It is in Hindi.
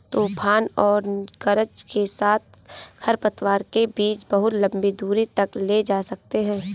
तूफान और गरज के साथ खरपतवार के बीज बहुत लंबी दूरी तक ले जा सकते हैं